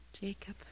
Jacob